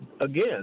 again